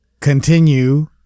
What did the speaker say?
continue